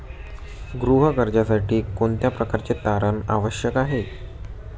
गृह कर्जासाठी कोणत्या प्रकारचे तारण आवश्यक आहे?